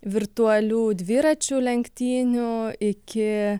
virtualių dviračių lenktynių iki